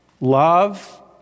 Love